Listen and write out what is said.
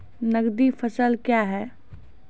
नगदी फसल क्या हैं?